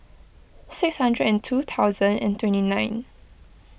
six hundred and two thousand and twenty nine